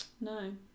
No